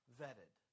vetted